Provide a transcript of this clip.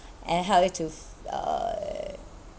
and help you to uh